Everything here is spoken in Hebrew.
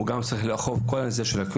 הוא גם צריך לאכוף את כל נושא הקיוסקים.